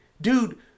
dude